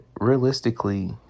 realistically